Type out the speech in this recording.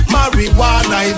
Marijuana